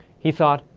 he thought,